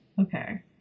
Okay